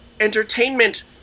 entertainment